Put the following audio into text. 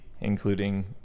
including